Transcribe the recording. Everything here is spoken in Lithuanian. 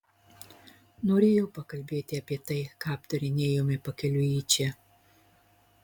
norėjau pakalbėti apie tai ką aptarinėjome pakeliui į čia